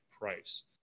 price